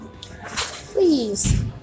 please